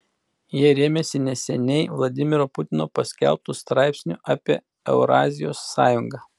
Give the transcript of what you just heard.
jie rėmėsi neseniai vladimiro putino paskelbtu straipsniu apie eurazijos sąjungą